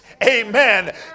Amen